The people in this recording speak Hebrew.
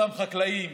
לאותם חקלאים